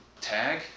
Tag